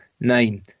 name